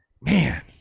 Man